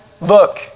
look